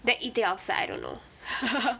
than eating outside I don't know hahaha